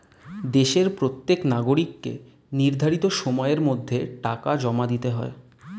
দেশের প্রত্যেক নাগরিককে নির্ধারিত সময়ের মধ্যে টাকা জমা দিতে হয়